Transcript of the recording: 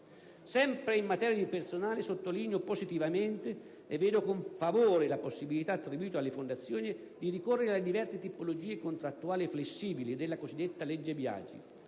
Sempre in materia di personale, sottolineo positivamente e vedo con favore la possibilità attribuita alle Fondazioni di ricorrere alle diverse tipologie contrattuali flessibili della cosiddetta legge Biagi,